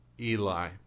Eli